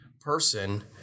person